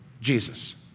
Jesus